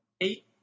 Eight